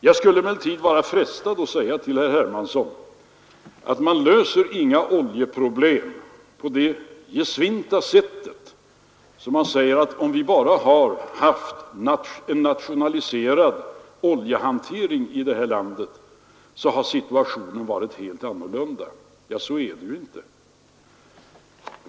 Jag skulle emellertid vara frestad att säga till herr Hermansson att man löser inga oljeproblem på det gesvinta sätt som han anvisar: Om vi bara hade haft en nationaliserad oljehantering här i landet, så hade situationen varit helt annorlunda säger herr Hermansson. Så är det ju inte.